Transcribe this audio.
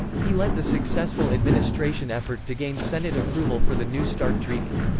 he led the successful administration effort to gain senate approval for the new start treaty.